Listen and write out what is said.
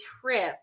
trip